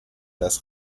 das